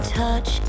touch